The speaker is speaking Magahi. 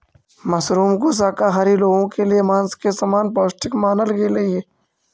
मशरूम को शाकाहारी लोगों के लिए मांस के समान पौष्टिक मानल गेलई हे